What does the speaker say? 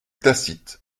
tacite